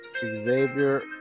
Xavier